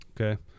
Okay